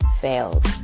fails